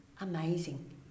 amazing